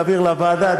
להעביר לוועדה,